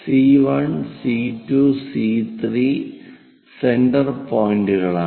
C 1 C 2 C 3 centre പോയിന്റുകളാണ്